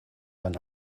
einen